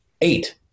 Eight